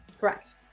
correct